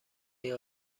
این